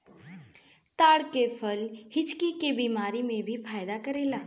ताड़ के फल हिचकी के बेमारी में भी फायदा करेला